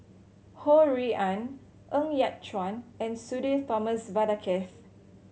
Ho Rui An Ng Yat Chuan and Sudhir Thomas Vadaketh